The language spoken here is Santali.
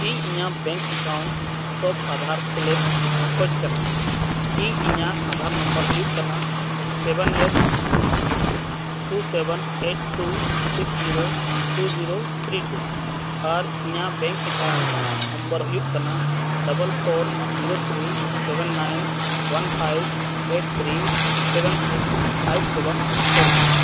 ᱤᱧ ᱤᱧᱟᱹᱜ ᱵᱮᱝᱠ ᱮᱠᱟᱣᱩᱱᱴ ᱥᱚᱵ ᱟᱫᱷᱟᱨ ᱥᱮᱞᱮᱫ ᱠᱷᱚᱡᱽ ᱠᱟᱱᱟ ᱤᱧ ᱤᱧᱟᱹᱜ ᱟᱫᱷᱟᱨ ᱱᱚᱢᱵᱚᱨ ᱦᱩᱭᱩᱜ ᱠᱟᱱᱟ seven eight two seven eight two six zero two zero three two ᱟᱨ ᱤᱧᱟᱹᱜ ᱵᱮᱝᱠ ᱮᱠᱟᱣᱩᱱᱴ ᱱᱚᱢᱵᱚᱨ ᱦᱩᱭᱩᱜ ᱠᱟᱱᱟ double four zero three seven nine one five eight three seven six five seven four five